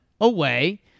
away